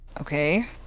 Okay